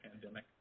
pandemic